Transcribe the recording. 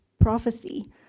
prophecy